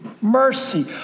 Mercy